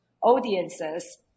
audiences